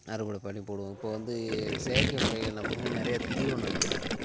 அறுவடை பண்ணிப்போடுவோம் இப்போ வந்து செயற்கை முறையில் என்ன பண்ணுவோம் நிறைய தீவனங்கள்லாம் இருக்குது